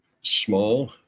small